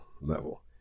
level